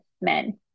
men